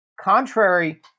contrary